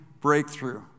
breakthrough